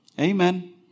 Amen